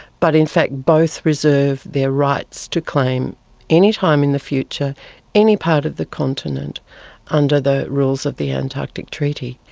but in fact both reserve their rights to claim any time in the future any part of the continent under the rules of the antarctic treaty.